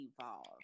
evolve